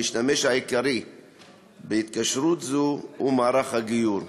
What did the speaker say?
המשתמש העיקרי בהתקשרות זו הוא מערך הגיור,